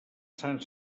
sant